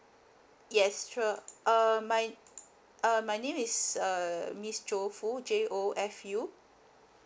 yes sure uh my uh my name is err miss jofu J O F U